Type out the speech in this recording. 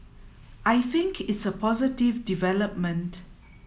I think it's a positive development